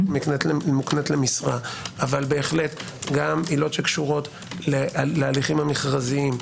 למשרה אבל בהחלט גם עילות שקשורות להליכים המכרזיים,